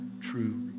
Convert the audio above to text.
true